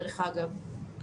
דרך אגב.